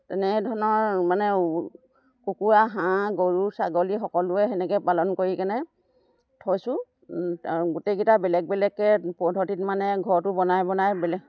তেনেধৰণৰ মানে কুকুৰা হাঁহ গৰু ছাগলী সকলোৱে সেনেকৈ পালন কৰি কিনে থৈছোঁ আৰু গোটেইকেইটা বেলেগ বেলেগকৈ পদ্ধতিত মানে ঘৰটো বনাই বনাই বেলেগ